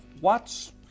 watts